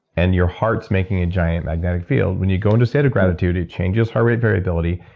and your heart's making a giant magnetic field. when you go into state of gratitude, it changes heart rate variability,